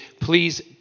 please